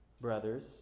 brothers